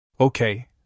Okay